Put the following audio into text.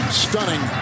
stunning